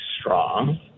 strong